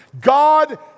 God